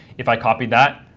if i copy that